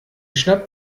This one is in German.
schnappt